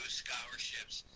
scholarships